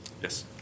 Yes